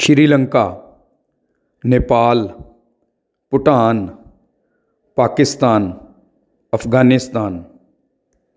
Shri Lanka Nepal Bhutan Pakistan Afghanistan